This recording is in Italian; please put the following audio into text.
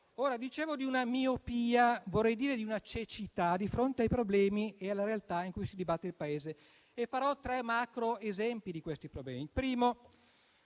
Parlavo di una miopia, ma vorrei parlare di una cecità di fronte ai problemi e alla realtà in cui si dibatte il Paese e farò tre macroesempi di questi problemi.